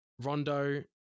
Rondo